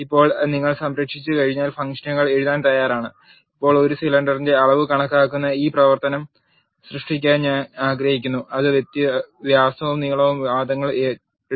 ഇപ്പോൾ നിങ്ങൾ സംരക്ഷിച്ചുകഴിഞ്ഞാൽ ഫംഗ്ഷനുകൾ എഴുതാൻ തയ്യാറാണ് ഇപ്പോൾ ഒരു സിലിണ്ടറിന്റെ അളവ് കണക്കാക്കുന്ന ഒരു പ്രവർത്തനം സൃഷ്ടിക്കാൻ ഞാൻ ആഗ്രഹിക്കുന്നു അത് വ്യാസവും നീളവും വാദങ്ങളിൽ എടുക്കുന്നു